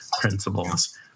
principles